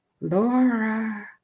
Laura